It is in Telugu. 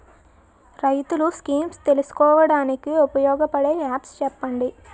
రైతులు స్కీమ్స్ తెలుసుకోవడానికి ఉపయోగపడే యాప్స్ చెప్పండి?